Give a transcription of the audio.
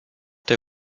der